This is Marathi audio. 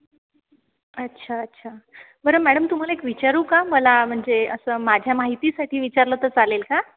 अच्छा अच्छा बर मॅडम तुम्हाला एक विचारू का मला म्हणजे अस माझ्या माहिती साठी विचारल तर चालेल का